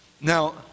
Now